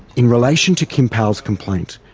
in relation to kim powell's complaint,